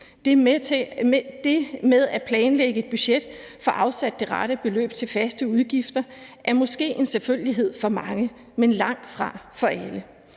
Det med at planlægge et budget, få afsat det rette beløb til faste udgifter er måske en selvfølgelighed for mange, men langtfra for alle.